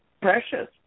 precious